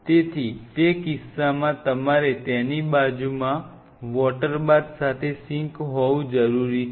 તેથી તે કિસ્સામાં તમારે તેની બાજુમાં વોટરબાથ સાથે સિંક હોવું જરૂરી છે